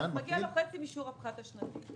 --- אז מגיע לו חצי משיעור הפחת השנתי.